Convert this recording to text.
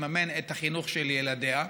לממן את החינוך של ילדיה,